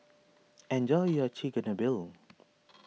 enjoy your Chigenabe